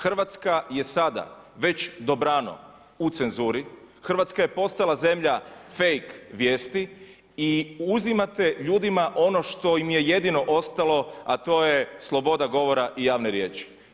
Hrvatska je sada, već dobrano, u cenzuri, Hrvatska je postala zemlja fejk vijesti i uzimate ljudima ono što je jedino ostalo, a to je sloboda govora i javne riječi.